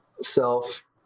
self